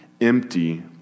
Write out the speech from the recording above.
empty